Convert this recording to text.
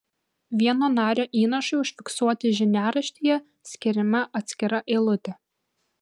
vieno nario įnašui užfiksuoti žiniaraštyje skiriama atskira eilutė